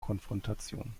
konfrontation